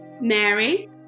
Mary